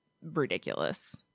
ridiculous